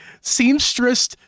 seamstress